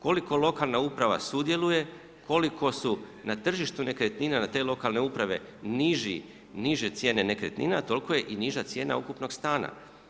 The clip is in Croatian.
Koliko lokalna uprava sudjeluje, koliko su na tržištu nekretnina te lokalne uprave niže cijene nekretnina toliko je i niža cijena ukupnog stana.